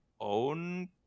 own